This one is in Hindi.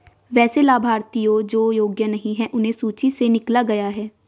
वैसे लाभार्थियों जो योग्य नहीं हैं उन्हें सूची से निकला गया है